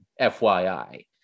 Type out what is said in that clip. FYI